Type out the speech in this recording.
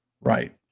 right